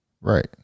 Right